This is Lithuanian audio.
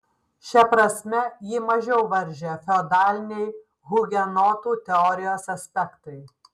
šia prasme jį mažiau varžė feodaliniai hugenotų teorijos aspektai